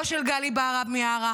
לא של גלי בהרב מיארה,